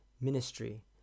ministry